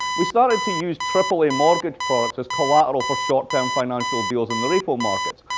we started to use aaa mortgage products as collateral for short term financial deals in the repo markets.